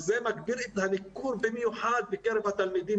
וזה מגביר את הניכור במיוחד בקרב התלמידים